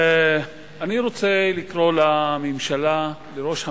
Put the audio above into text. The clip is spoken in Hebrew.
אני רוצה לקרוא לממשלה, לראש הממשלה,